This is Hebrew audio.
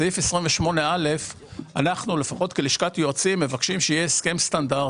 בסעיף 28א אנחנו כלשכת יועצים מבקשים שיהיה הסכם סטנדרטי.